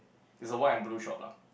is a white and blue shop lah